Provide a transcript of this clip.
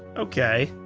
okay.